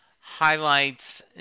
highlights